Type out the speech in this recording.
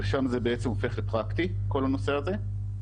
שם זה הופך לפרקטי כל הנושא הזה.